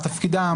מה תפקידם.